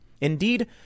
Indeed